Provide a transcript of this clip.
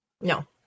No